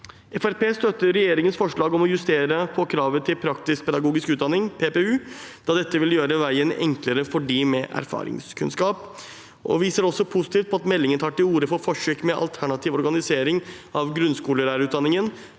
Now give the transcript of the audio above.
støtter regjeringens forslag om å justere på kravet til praktisk-pedagogisk utdanning, PPU, da dette vil gjøre veien enklere for dem med erfaringskunnskap. Vi ser også positivt på at meldingen tar til orde for forsøk med alternativ organisering av grunnskolelærerutdanningen,